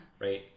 Right